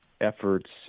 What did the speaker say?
efforts